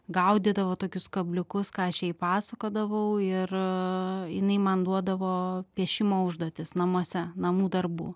gaudydavo tokius kabliukus ką aš jai pasakodavau ir jinai man duodavo piešimo užduotis namuose namų darbų